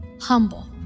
humble